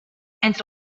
entre